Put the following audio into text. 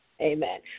amen